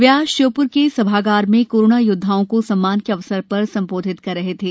वे आज श्योप्र के सभागार में कोरोना योद्वाओं को सम्मान के अवसर पर संबोधित कर रहे थे